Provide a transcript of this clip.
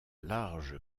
large